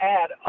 add